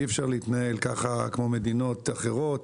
אי אפשר להתנהל ככה כמו מדינות אחרות.